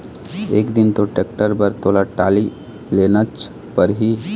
एक दिन तो टेक्टर बर तोला टाली लेनच परही